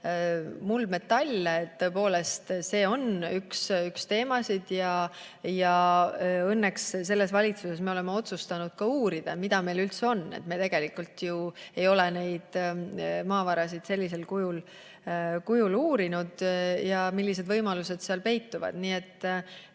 muldmetalle – tõepoolest, see on üks teemasid. Õnneks selles valitsuses me oleme otsustanud uurida, mida meil üldse on – me tegelikult ju ei ole neid maavarasid sellisel kujul uurinud – ja millised võimalused seal peituvad. Nii et